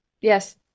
Yes